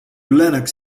lenox